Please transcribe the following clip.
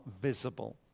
visible